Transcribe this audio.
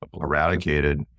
eradicated